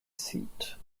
seat